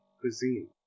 cuisine